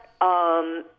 right